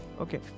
okay